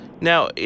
Now